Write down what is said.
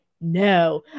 no